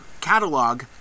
catalog